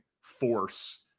force